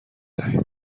دهید